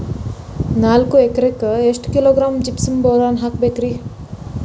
ನಾಲ್ಕು ಎಕರೆಕ್ಕ ಎಷ್ಟು ಕಿಲೋಗ್ರಾಂ ಜಿಪ್ಸಮ್ ಬೋರಾನ್ ಹಾಕಬೇಕು ರಿ?